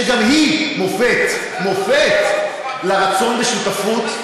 שגם היא מופת לרצון בשותפות,